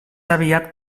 aviat